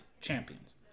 champions